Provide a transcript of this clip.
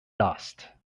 dust